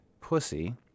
pussy